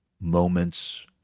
moments